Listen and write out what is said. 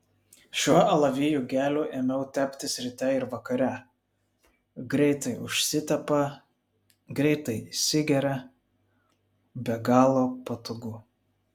šiuo alavijų geliu ėmiau teptis ryte ir vakare greitai užsitepa greitai įsigeria be galo patogu